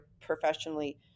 professionally